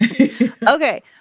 Okay